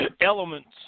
elements